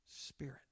spirit